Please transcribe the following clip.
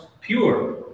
pure